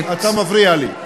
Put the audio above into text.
אתה מפריע לי.